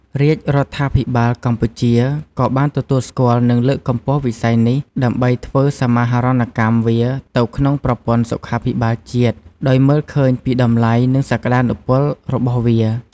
រាជរដ្ឋាភិបាលកម្ពុជា ក៏បានទទួលស្គាល់ និងលើកកម្ពស់វិស័យនេះ ដើម្បីធ្វើសមាហរណកម្មវាទៅក្នុងប្រព័ន្ធសុខាភិបាលជាតិ ដោយមើលឃើញពីតម្លៃ និងសក្ដានុពលរបស់វា។